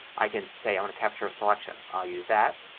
i can say i want to capture a selection. i'll use that.